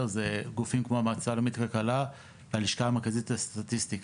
זה גופים כמו המועצה הלאומית לכלכלה והלשכה המרכזית לסטטיסטיקה.